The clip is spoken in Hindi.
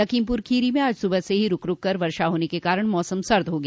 लखीमपुर खीरी में आज सुबह से ही रूक रूक कर वर्षा होने से मौसम काफी सर्द हो गया